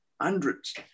hundreds